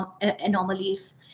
anomalies